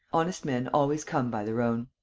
honest men always come by their own.